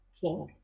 King